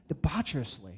debaucherously